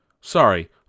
Sorry